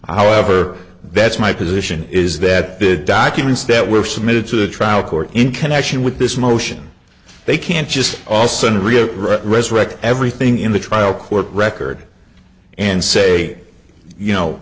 however that's my position is that the documents that were submitted to the trial court in connection with this motion they can't just also in rio right resurrect everything in the trial court record and say you know